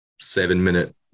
seven-minute